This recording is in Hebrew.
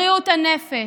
בריאות הנפש,